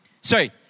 sorry